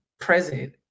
present